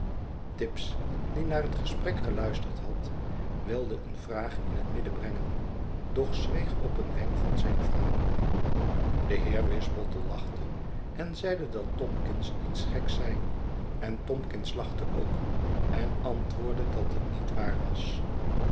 tibbs die naar het gesprek geluisterd had wilde een vraag in het midden brengen doch zweeg op een wenk van zijn vrouw de heer wisbottle lachte en zeide dat tomkins iets geks zei en tomkins lachte ook en antwoordde dat het niet waar was